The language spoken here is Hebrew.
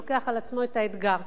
שלוקח על עצמו את האתגר.